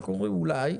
אנחנו אומרים, אולי,